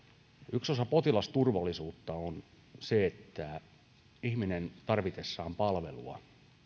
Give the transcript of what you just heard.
yksi osa potilasturvallisuutta on se että ihminen tarvitessaan palvelua